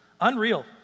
Unreal